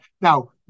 Now